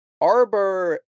Arbor